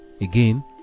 Again